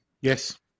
Yes